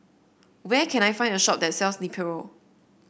where can I find a shop that sells Nepro